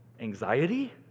anxiety